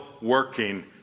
working